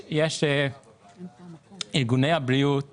כמה ארגוני הבריאות